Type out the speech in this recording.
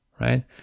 right